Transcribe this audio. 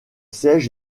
siège